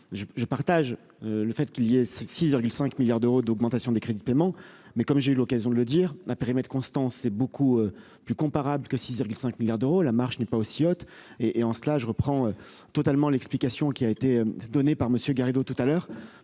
je partage le fait qu'il y a six heures 5 milliards d'euros d'augmentation des crédits de paiement mais comme j'ai eu l'occasion de le dire, à périmètre constant, c'est beaucoup plus comparables que six heures 5 milliards d'euros, la marche n'est pas aussi haute et et en cela je reprends totalement l'explication qui a été donné par Monsieur Garrido tout à l'heure